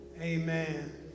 Amen